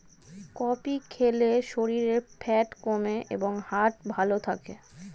coffee খেলে শরীরের fat কমে এবং হার্ট ভালো থাকে